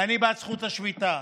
ואני בעד זכות השביתה,